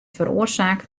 feroarsake